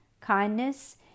kindness